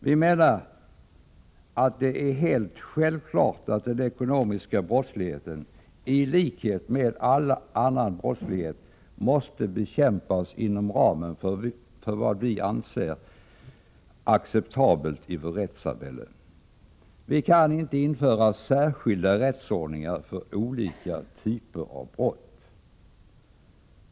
Vi menar att det är helt självklart att den ekonomiska brottsligheten i likhet med all annan brottslighet måste bekämpas inom ramen för vad vi anser acceptabelt i vårt rättssamhälle. Vi kan inte införa särskilda rättsordningar för olika typer av brott.